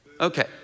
Okay